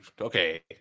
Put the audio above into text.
okay